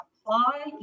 apply